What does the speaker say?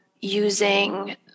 using